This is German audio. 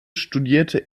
studierte